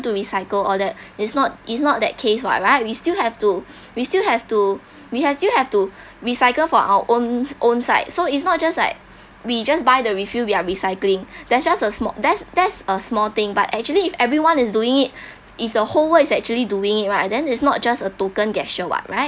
to recycle all that it's not it's not that case [what] right we still have to we still have to we have still have to recycle for our own own side so it's not just like we just buy the refill we are recycling that's just a sma~ that's that's a small thing but actually if everyone is doing it if the whole world is actually doing it right then it's not just a token gesture [what] right